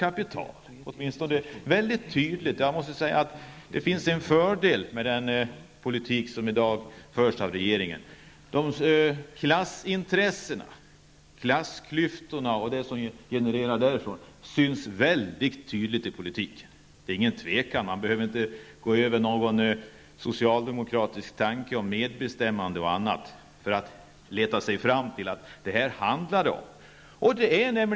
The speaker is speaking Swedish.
Jag måste säga att det finns en fördel med den politik som i dag förs av regeringen -- klassintressena, klassklyftorna och det som genererar därifrån, syns mycket tydligt i politiken. Det är inga tvivel, och man behöver inte gå över någon socialdemokratisk tanke om medbestämmande och annat för att leta sig fram till att det är detta som det handlar om.